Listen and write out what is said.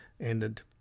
ended